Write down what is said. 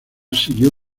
siguió